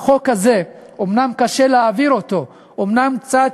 החוק הזה, אומנם קשה להעביר אותו, אומנם קצת,